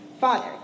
Father